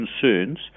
concerns